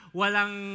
walang